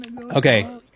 Okay